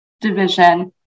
division